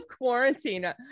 quarantine